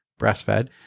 breastfed